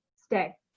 stay